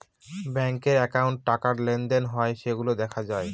bank একাউন্টে টাকা লেনদেন হয় সেইগুলা দেখা যায়